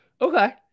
Okay